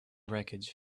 wreckage